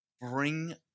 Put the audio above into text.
bring